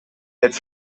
its